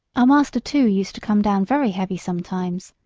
our master, too, used to come down very heavy sometimes.